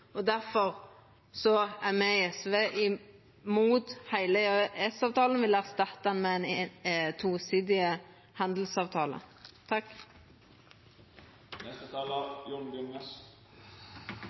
er me i SV imot heile EØS-avtalen og vil erstatta han med tosidige handelsavtalar.